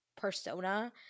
persona